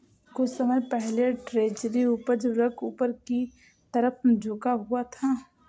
कुछ समय पहले ट्रेजरी उपज वक्र ऊपर की तरफ झुका हुआ था